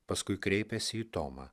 paskui kreipėsi į tomą